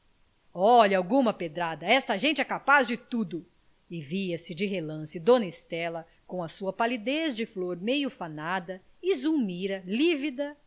olhe alguma pedrada esta gente é capaz de tudo e via-se de relance dona estela com a sua palidez de flor meia fanada e